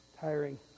tiring